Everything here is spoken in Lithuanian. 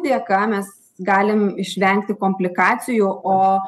dėka mes galim išvengti komplikacijų o